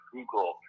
Google